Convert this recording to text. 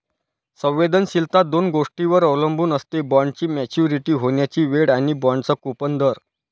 संवेदनशीलता दोन गोष्टींवर अवलंबून असते, बॉण्डची मॅच्युरिटी होण्याची वेळ आणि बाँडचा कूपन दर